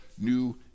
New